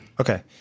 Okay